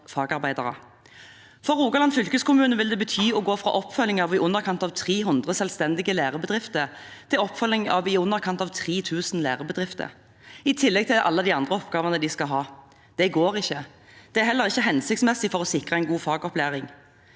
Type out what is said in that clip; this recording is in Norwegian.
For Rogaland fylkeskommune vil det bety å gå fra oppfølging av i underkant 300 selvstendige lærebedrifter til oppfølging av i underkant av 3 000 lærebedrifter, i tillegg til alle de andre oppgavene de skal ha. Det går ikke. Det er heller ikke hensiktsmessig for å sikre en god fagopplæring.